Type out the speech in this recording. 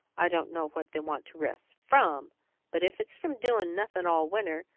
i don't know what they want to rest from but if it's from doin' nothin' all winter